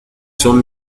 son